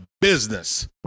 business